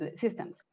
systems